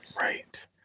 Right